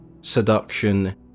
seduction